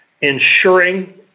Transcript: ensuring